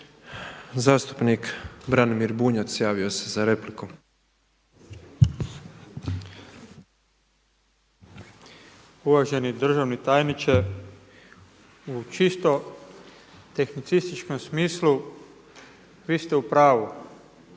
Uvaženi državni tajniče u čisto tehnicističkom smislu vi ste u pravu.